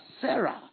Sarah